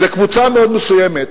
זו קבוצה מאוד מסוימת,